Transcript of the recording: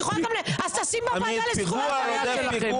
תשים את זה בוועדה לזכויות הילד.